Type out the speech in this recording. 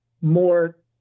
more